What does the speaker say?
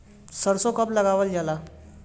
सरसो कब लगावल जाला?